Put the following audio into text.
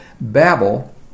Babel